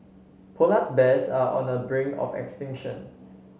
polars bears are on the brink of extinction